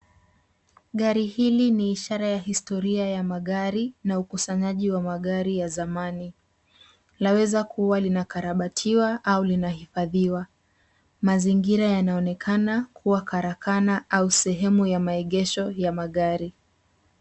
Gari hili ni ishara ya historia ya magari na ukusanyaji wa magari ya zamani. Laweza kuwa linakarabatiwa au linahifadhiwa. Mazingira yanaonekana kuwa karakana au sehemu ya maegesho ya magari.